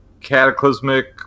cataclysmic